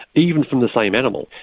even from the same animal,